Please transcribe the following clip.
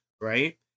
right